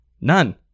None